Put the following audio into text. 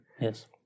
Yes